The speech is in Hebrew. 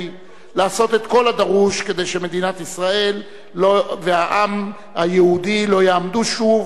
לעשות את כל הדרוש כדי שמדינת ישראל והעם היהודי לא יעמדו שוב